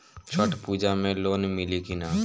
छठ पूजा मे लोन मिली की ना?